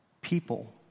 people